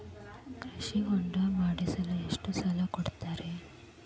ಕೃಷಿ ಹೊಂಡ ಮಾಡಿಸಲು ಎಷ್ಟು ಸಾಲ ಕೊಡ್ತಾರೆ?